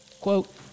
Quote